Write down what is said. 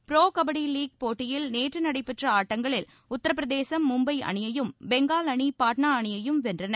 pro kabaddi போட்டியில் நேற்று நடைபெற்ற ஆட்டங்களில் உத்தரப்பிரதேசம் மும்பை அணியையும் பெங்கால் அணி பட்னா அணியையும் வென்றன